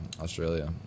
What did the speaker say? Australia